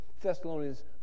Thessalonians